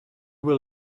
will